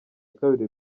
kabiri